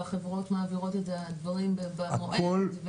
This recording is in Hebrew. והחברות מעבירות את הדברים במועד?